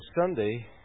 Sunday